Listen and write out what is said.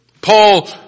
Paul